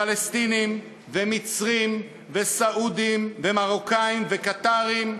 פלסטינים ומצרים וסעודים ומרוקנים וקטארים,